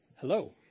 Hello